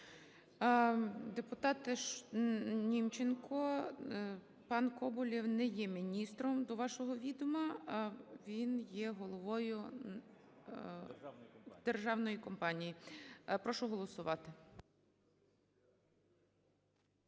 Депутат Німченко, пан Коболєв не є міністром, до вашого відома, він є головою державної компанії. Прошу голосувати.